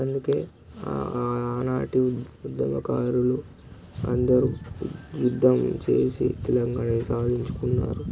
అందుకే ఆనాటి ఉద్యమకారులు అందరు యుద్ధం చేసి తెలంగాణని సాధించుకున్నారు